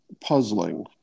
puzzling